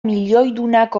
milioidunak